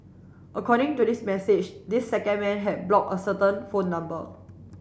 according to this message this second man had blocked a certain phone number